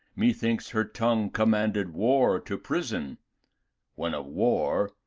me thinks, her tongue commanded war to prison when of war,